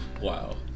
Wow